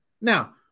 Now